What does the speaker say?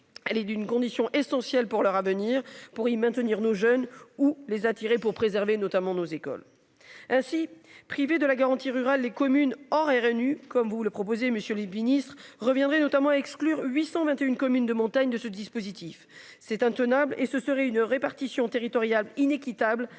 Elle est d'une condition essentielle pour leur avenir pour y maintenir nos jeunes ou les attirer pour préserver notamment nos écoles. Ainsi privée de la garantie rural les communes or est revenu comme vous le proposez, Monsieur le Ministre reviendrait notamment à exclure 821 communes de montagne de ce dispositif c'est intenable et ce serait une répartition territoriale inéquitable